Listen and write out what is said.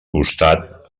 costat